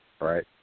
right